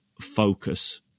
focus